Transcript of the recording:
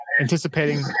Anticipating